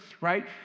right